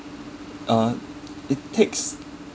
uh it takes